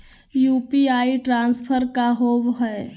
UPI transfer का होव हई?